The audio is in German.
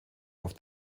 auf